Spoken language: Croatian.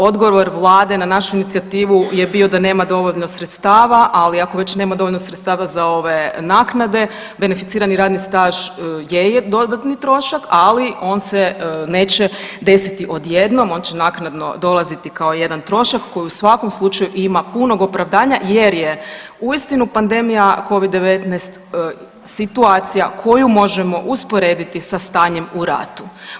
Odgovor vlade na našu inicijativu je bio da nema dovoljno sredstava, ali ako već nema dovoljno sredstava za ove naknade, beneficirani radni staž je dodatni trošak, ali on se neće desiti odjednom, on će naknadno dolaziti kao jedan trošak koji u svakom slučaju ima punog opravdanja jer je uistinu pandemija Covid-19 situacija koju možemo usporediti sa stanjem u ratu.